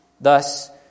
Thus